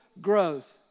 growth